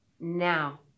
Now